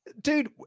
Dude